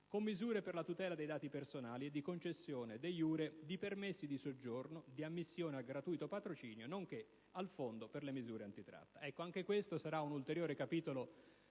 con misure per la tutela dei dati personali e di concessione *de iure* di permessi di soggiorno, di ammissione al gratuito patrocinio, nonché al Fondo per le misure anti-tratta". Anche questo sarà un ulteriore capitolo